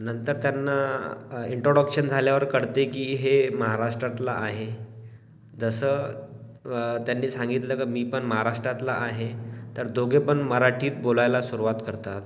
नंतर त्यांना इंट्रोडक्शन झाल्यावर कळते की हे महाराष्ट्रातला आहे जसं त्यांनी सांगितलं का मी पण महाराष्ट्रातला आहे तर दोघे पण मराठीत बोलायला सुरवात करतात